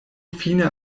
fine